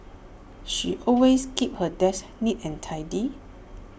she always keeps her desk neat and tidy